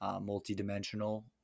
multi-dimensional